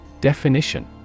Definition